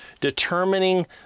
determining